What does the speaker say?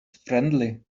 friendly